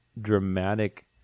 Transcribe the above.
dramatic